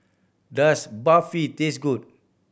does Barfi taste good